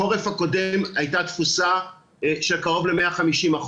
בחורף הקודם הייתה תפוסה של קרוב ל-150%,